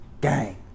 gang